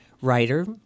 writer